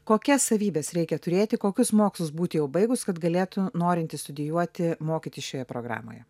kokias savybes reikia turėti kokius mokslus būti jau baigus kad galėtų norintys studijuoti mokytis šioje programoje